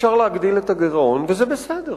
אפשר להגדיל את הגירעון, וזה בסדר.